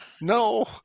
No